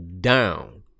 down